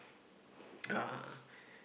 uh